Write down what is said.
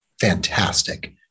fantastic